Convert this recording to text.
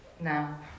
now